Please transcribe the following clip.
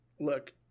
look